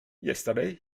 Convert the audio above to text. yesterday